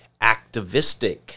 activistic